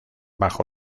bajo